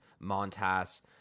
Montas